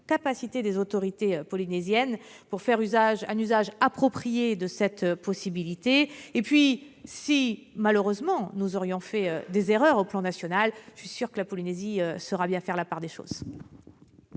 capacité des autorités polynésiennes à faire un usage approprié de cette possibilité. Si, malheureusement, nous avions commis des erreurs au plan national, je suis certaine que la Polynésie saura faire la part des choses.